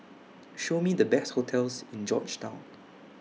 Show Me The Best hotels in Georgetown